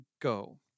go